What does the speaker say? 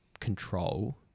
Control